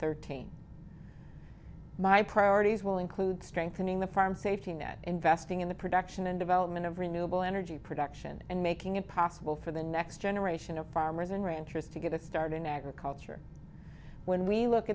thirteen my priorities will include strengthening the farm safety net investing in the production and development of renewable energy production and making it possible for the next generation of farmers and ranchers to get a start in agriculture when we look